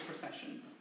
procession